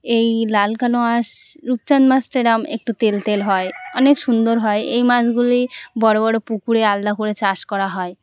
এই লাল কালো আঁশ রূপচাঁদ মাছটা এরকম একটু তেল তেল হয় অনেক সুন্দর হয় এই মাছগুলি বড় বড় পুকুরে আলাদা করে চাষ করা হয়